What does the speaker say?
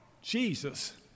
Jesus